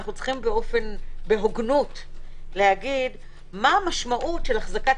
אנו צריכים בהוגנות לומר מה המשמעות של החזקת